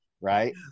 right